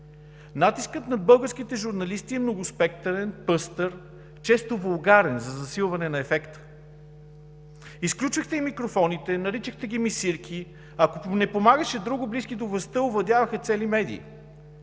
Натискът над българските журналисти е многоспектърен, пъстър, често вулгарен – за засилване на ефекта. Изключвахте им микрофоните, наричахте ги „мисирки“, ако не помагаше друго, а близки до властта овладяваха цели медии.